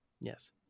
Yes